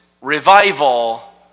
revival